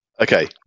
Okay